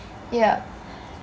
yup